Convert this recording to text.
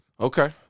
Okay